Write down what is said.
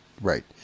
Right